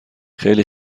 خیلی